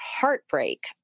heartbreak